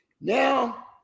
Now